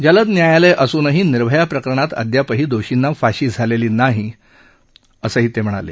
जलद न्यायालय असूनही निर्भया प्रकरणात अद्यापही दोषींना फाशी झालेली नाही असंही ते म्हणाले